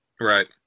Right